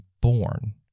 born